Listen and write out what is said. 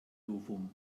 novum